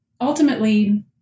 Ultimately